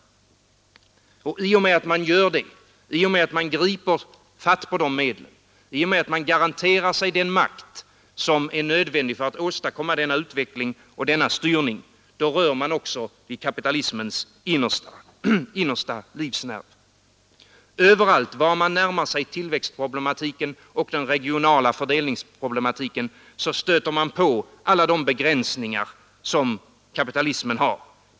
I och med att man griper fatt på de medlen, i och med att man garanterar sig den makt som är nödvändig för att åstadkomma denna utveckling och denna samordning rör man också vid kapitalismens innersta livsnerv. Överallt där man närmar sig tillväxtproblematiken och den regionala fördelningsproblematiken stöter man på alla de begränsningar som kapitalismen har.